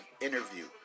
interview